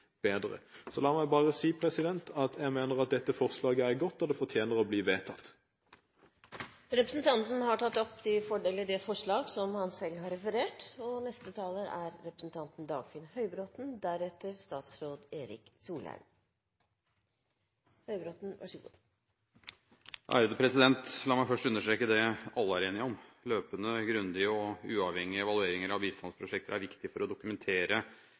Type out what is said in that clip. bedre. Så la meg bare si at jeg mener at dette forslaget er godt, og det fortjener å bli vedtatt. Representanten Peter Skovholt Gitmark har tatt opp de forslagene han refererte til. La meg først understreke det alle er enige om: Løpende, grundige og uavhengige evalueringer av bistandsprosjekter er viktig for å dokumentere at bistanden virker etter hensikten. De bidrar også til å sikre at midlene brukes mest mulig effektivt. Evalueringer er dessuten viktig for å